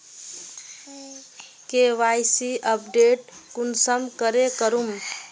KYC update कुंसम करे करूम?